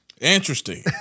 Interesting